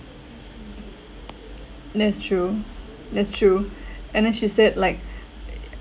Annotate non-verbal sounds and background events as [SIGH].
that's true that's true and then she said like [NOISE]